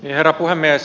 herra puhemies